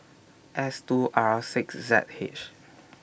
S two R six Z H